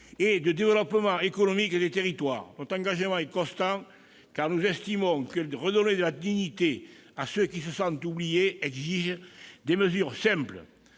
ou de développement économique des territoires. Notre engagement est constant, car nous estimons que redonner de la dignité à ceux qui se sentent oubliés exige des mesures simples,